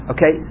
Okay